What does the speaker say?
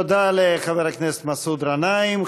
תודה לחבר הכנסת מסעוד גנאים.